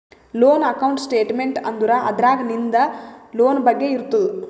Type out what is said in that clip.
loan account statement ಅಂದುರ್ ಅದ್ರಾಗ್ ನಿಂದ್ ಲೋನ್ ಬಗ್ಗೆ ಇರ್ತುದ್